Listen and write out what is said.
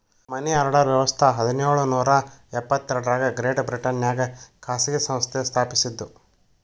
ಮನಿ order ವ್ಯವಸ್ಥ ಹದಿನೇಳು ನೂರ ಎಪ್ಪತ್ ಎರಡರಾಗ ಗ್ರೇಟ್ ಬ್ರಿಟನ್ನ್ಯಾಗ ಖಾಸಗಿ ಸಂಸ್ಥೆ ಸ್ಥಾಪಸಿದ್ದು